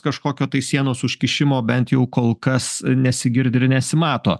kažkokio tai sienos užkišimo bent jau kol kas ir nesigirdi ir nesimato